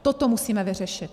Toto musíme vyřešit.